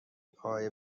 پایه